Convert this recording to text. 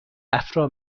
افرا